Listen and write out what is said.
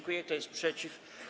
Kto jest przeciw?